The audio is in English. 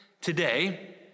Today